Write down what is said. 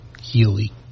Healy